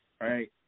right